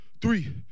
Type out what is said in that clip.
three